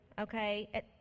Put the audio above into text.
Okay